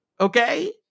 Okay